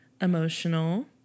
emotional